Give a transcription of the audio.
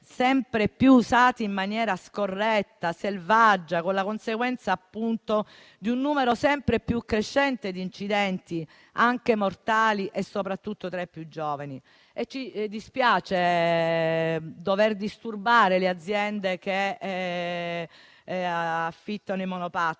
sempre più usati in maniera scorretta e selvaggia, con la conseguenza di un numero sempre più crescente di incidenti anche mortali, soprattutto tra i più giovani. Ci dispiace dover disturbare le aziende che affittano i monopattini,